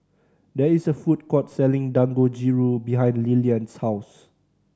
there is a food court selling Dangojiru behind Lilian's house